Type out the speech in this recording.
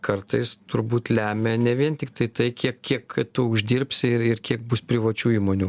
kartais turbūt lemia ne vien tiktai tai kiek kiek tu uždirbsi ir ir kiek bus privačių įmonių